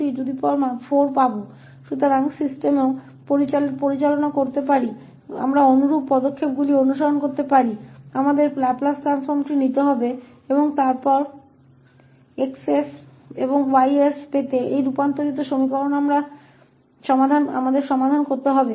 तो इस तरह हम रैखिक समीकरणों की एक प्रणाली को भी संभाल सकते हैं हम समान चरणों का पालन कर सकते हैं हमें लाप्लास ट्रांसफॉर्म लेना होगा और फिर 𝑋𝑠 और 𝑌𝑠 प्राप्त करने के लिए इस रूपांतरित समीकरण को फिर से हल किया जाएगा